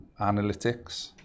analytics